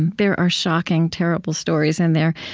and there are shocking, terrible stories in there.